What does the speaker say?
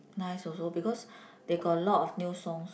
nice also because they got a lot of new songs